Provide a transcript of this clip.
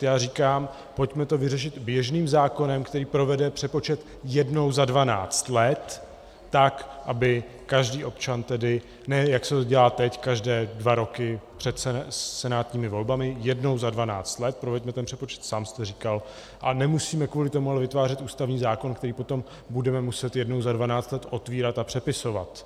Já říkám, pojďme to vyřešit běžným zákonem, který provede přepočet jednou za dvanáct let tak, aby každý občan, ne jak se to dělá teď, každé dva roky před senátními volbami, jednou za dvanáct let proveďme ten přepočet, sám jste říkal, a nemusíme kvůli tomu ale vytvářet ústavní zákon, který potom budeme muset jednou za dvanáct let otvírat a přepisovat.